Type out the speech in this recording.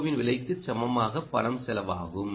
ஓவின் விலைக்கு சமமாக பணம் செலவாகும்